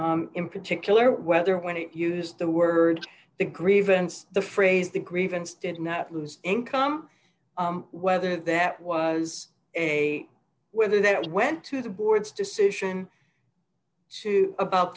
punitive in particular whether when it used the word the grievance the phrase the grievance did not lose income whether that was a whether that went to the board's decision to about